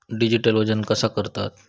Digital वजन कसा करतत?